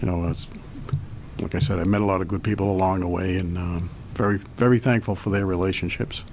you know it's like i said i met a lot of good people along the way and very very thankful for their relationships